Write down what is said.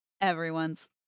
Everyone's